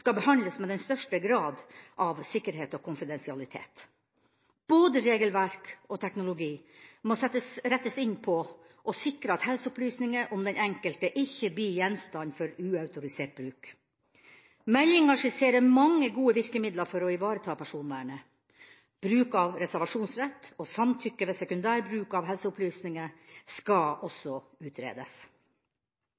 skal behandles med den største grad av sikkerhet og konfidensialitet. Både regelverk og teknologi må rettes inn mot å sikre at helseopplysninger om den enkelte ikke blir gjenstand for uautorisert bruk. Meldinga skisserer mange gode virkemidler for å ivareta personvernet. Bruk av reservasjonsrett og samtykke ved sekundærbruk av helseopplysninger skal